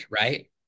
right